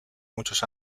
muchos